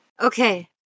Okay